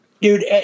dude